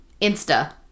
Insta